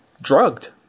drugged